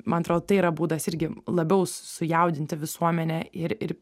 man atrodotai yra būdas irgi labiau sujaudinti visuomenę ir ir